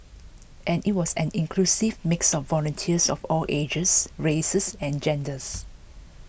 and it was an inclusive mix of volunteers of all ages races and genders